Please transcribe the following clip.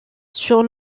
sur